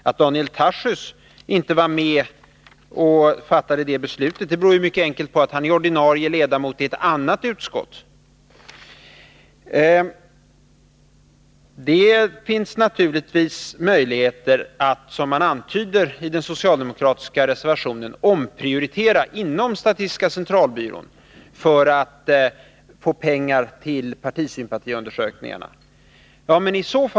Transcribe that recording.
Att Daniel Tarschys inte var med och fattade det beslutet beror helt enkelt på att han är ordinarie ledamot i ett annat utskott. Man antyder i den socialdemokratiska reservationen att det finns möjligheter att inom statistiska centralbyrån omprioritera för att få pengar till partisympatiundersökningarna.